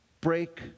break